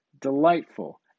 delightful